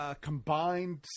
Combined